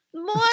More